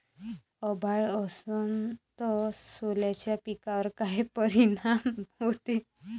अभाळ असन तं सोल्याच्या पिकावर काय परिनाम व्हते?